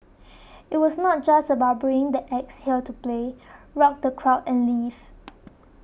it was not just about bringing the acts here to play rock the crowd and leave